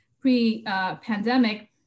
pre-pandemic